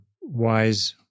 wise